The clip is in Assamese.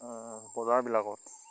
বজাৰবিলাকত